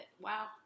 wow